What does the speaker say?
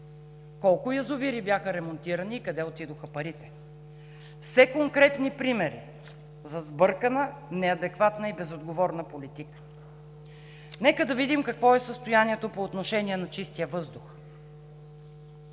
колко язовира бяха ремонтирани и къде отидоха парите? Все конкретни примери за сбъркана, неадекватна и безотговорна политика. Нека да видим какво е състоянието по отношение на чистия въздух?